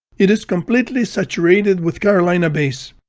it is completely saturated with carolina bays.